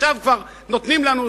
עכשיו כבר נותנים לנו,